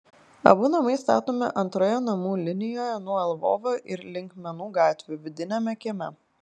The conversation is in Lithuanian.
abu namai statomi antroje namų linijoje nuo lvovo ir linkmenų gatvių vidiniame kieme